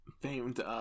famed